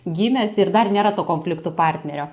gimęs ir dar nėra to konfliktų partnerio